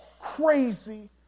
crazy